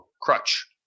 crutch